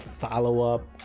follow-up